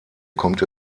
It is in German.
kommt